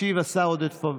ישיב השר עודד פורר.